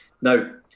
Now